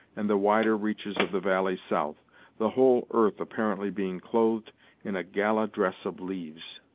and the wider reaches of the valley south the whole earth apparently being clothed in a gala-dress of leaves.